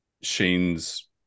Shane's